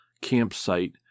campsite